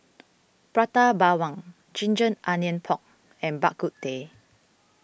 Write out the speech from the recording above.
Prata Bawang Ginger Onions Pork and Bak Kut Teh